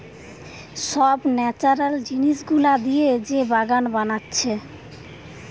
সব ন্যাচারাল জিনিস গুলা দিয়ে যে বাগান বানাচ্ছে